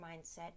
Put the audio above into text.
mindset